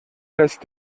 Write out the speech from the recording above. lässt